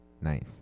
Ninth